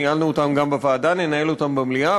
ניהלנו אותם גם בוועדה וננהל אותם במליאה.